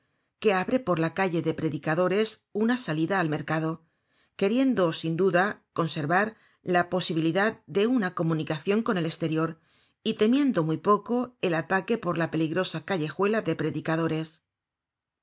que abre por la calle de predicadores una salida al mercado queriendo sin duda conservar la posibilidad de una comunicacion con el esterior y temiendo muy poco el ataque por la peligrosa callejuela de predicadores